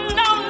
no